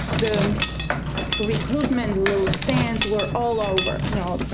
the recruitment little stands were all over, you know,